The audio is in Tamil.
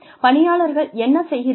பணியாளர்கள் என்ன செய்கிறார்கள்